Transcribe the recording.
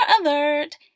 alert